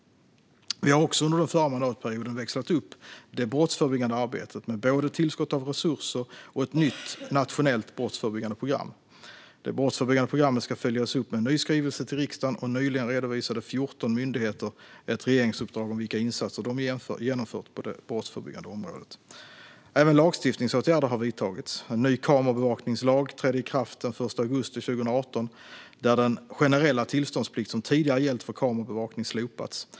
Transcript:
Vi har också under den förra mandatperioden växlat upp det brottsförebyggande arbetet, med både tillskott av resurser och ett nytt nationellt brottsförebyggande program. Det brottsförebyggande programmet ska följas upp med en ny skrivelse till riksdagen, och nyligen redovisade 14 myndigheter ett regeringsuppdrag om vilka insatser de genomfört på det brottsförebyggande området. Även lagstiftningsåtgärder har vidtagits. En ny kamerabevakningslag trädde i kraft den 1 augusti 2018, där den generella tillståndsplikt som tidigare gällt för kamerabevakning slopats.